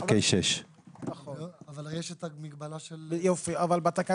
מחולק בשעות העבודה השנתיות בפועל לעובד במשרה מלאה.